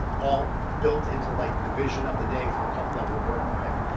all built into like the vision of the day for the couple that we're working with.